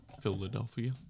Philadelphia